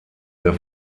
der